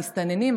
מסתננים,